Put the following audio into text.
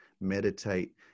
meditate